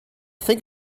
think